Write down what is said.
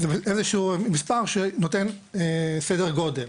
לתת איזה שהוא מספר שנותן סדר גודל.